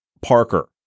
Parker